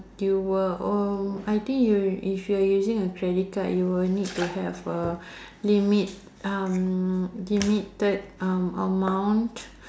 you will oh I think you if you're using a credit card you will need to have a limit um limited um amount